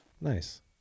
Nice